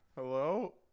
Hello